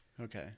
Okay